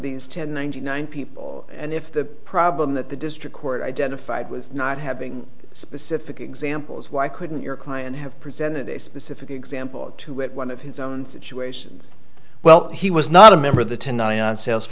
these ten ninety nine people and if the problem that the district court identified was not having specific examples why couldn't your client have presented a specific example to one of his own situations well he was not a member of the